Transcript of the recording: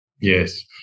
Yes